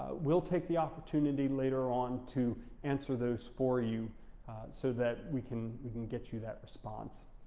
we'll take the opportunity later on to answer those for you so that we can we can get you that response.